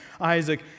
Isaac